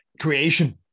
creation